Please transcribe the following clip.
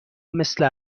مثل